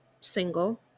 single